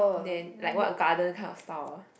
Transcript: then like what garden kind of style